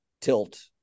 tilt